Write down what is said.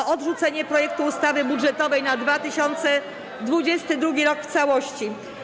o odrzucenie projektu ustawy budżetowej na 2022 r. w całości.